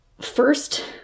first